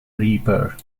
reaper